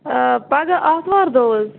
آ پگاہ آتھوارِ دۄہ حظ